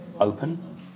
open